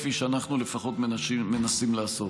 כפי שאנחנו לפחות מנסים לעשות.